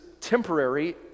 temporary